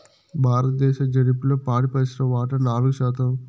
భారతదేశ జిడిపిలో పాడి పరిశ్రమ వాటా నాలుగు శాతం